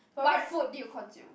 what food did you consume